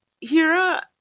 Hira